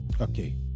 okay